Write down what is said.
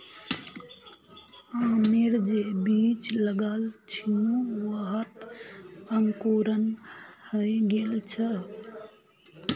आमेर जे बीज लगाल छिनु वहात अंकुरण हइ गेल छ